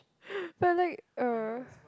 but like uh